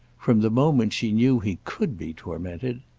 from the moment she knew he could be tormented!